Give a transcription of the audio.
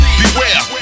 beware